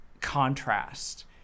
contrast